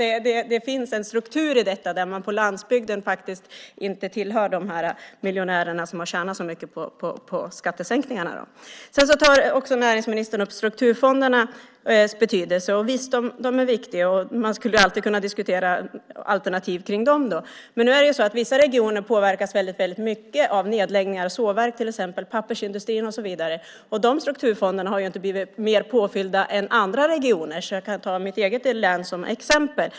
Jag menar att det finns en struktur i detta som gör att man på landsbygden faktiskt inte tillhör de här miljonärerna som har tjänat så mycket på skattesänkningarna. Näringsministern tar också upp strukturfondernas betydelse. Visst är de viktiga, men man skulle alltid kunna diskutera alternativ till dem. Nu är det så att vissa regioner påverkas väldigt mycket av nedläggningar av till exempel sågverk och pappersindustri. De strukturfonderna har ju inte blivit mer påfyllda än andra regioners. Jag kan ta mitt eget län som exempel.